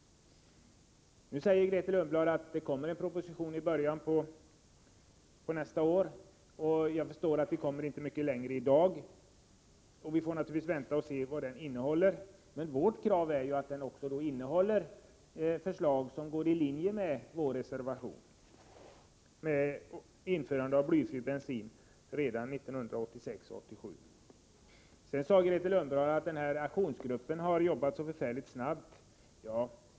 Nu säger Grethe Lundblad att det kommer att läggas fram en proposition i början av nästan år. Jag förstår att vi inte kommer mycket längre i dag, utan vi får naturligtvis vänta och se vad propositionen innehåller. Vårt krav är att den skall innehålla förslag som ligger i linje med vår reservation om införande av blyfri bensin redan 1986/87. Sedan sade Grethe Lundblad att aktionsgruppen har jobbat snabbt.